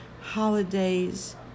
holidays